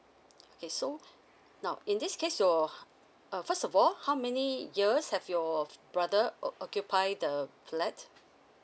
okay so now in this case your err first of all how many years have your brother occ~ occupy the flat